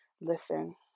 Listen